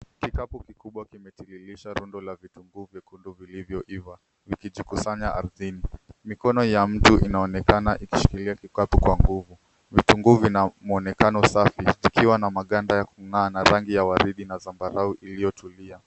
Kikapu kikubwa kimetililisha rundo la vitunguu vyekundu vilivyo iva vikijikusanya ardhini mikono ya mtu inaonekana ikishikilia kikapu kwa nguvu. Vitunguu vina mwonekano safi vikiwa na magada ya kungaa na rangi ya waridi na zamabarau ilyo tulia.